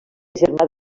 germà